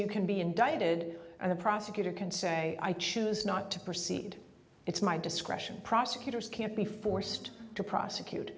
you can be indicted and the prosecutor can say i choose not to proceed it's my discretion prosecutors can't be forced to prosecute